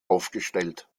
aufgestellt